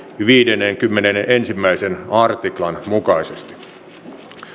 viidennenkymmenennenensimmäisen artiklan mukaisesti